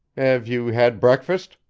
have you had breakfast?